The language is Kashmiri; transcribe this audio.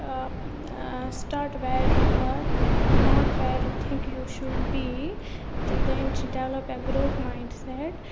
start where you are not where you think you should be تہٕ دوٚیِم چھِ develop a growth mind set